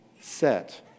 set